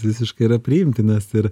visiškai yra priimtinas ir